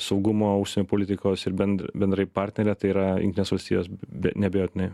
saugumo užsienio politikos ir bend bendrai partnerė tai yra nesusijęs be neabejotinai